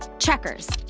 checkers.